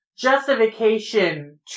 Justification